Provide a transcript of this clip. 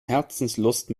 herzenslust